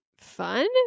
fun